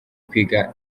kwiga